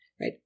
Right